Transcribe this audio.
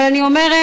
אבל אני אומרת: